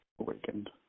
awakened